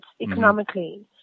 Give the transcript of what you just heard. Economically